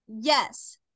Yes